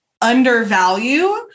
undervalue